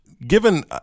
given